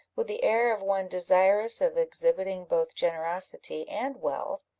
with the air of one desirous of exhibiting both generosity and wealth,